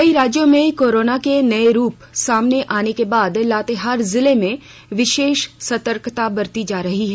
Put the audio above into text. कई राज्यों में कोरोना के नये रूप में सामने आने के बाद लातेहार जिले में विशेष सतर्कता बरती जा रही है